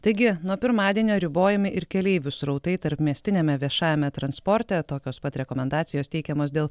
taigi nuo pirmadienio ribojami ir keleivių srautai tarpmiestiniame viešajame transporte tokios pat rekomendacijos teikiamos dėl